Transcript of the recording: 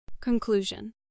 Conclusion